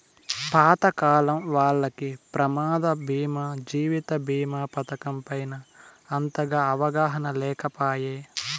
పాతకాలం వాల్లకి ప్రమాద బీమా జీవిత బీమా పతకం పైన అంతగా అవగాహన లేకపాయె